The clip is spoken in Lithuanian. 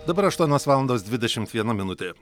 dabar aštuonios valandos dvidešimt viena minutė